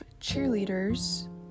cheerleaders